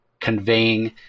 conveying